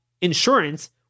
insurance